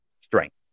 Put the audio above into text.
strength